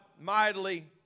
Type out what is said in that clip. mightily